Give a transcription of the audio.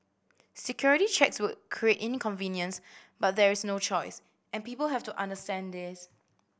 security checks will create inconvenience but there is no choice and people have to understand this